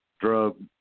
drug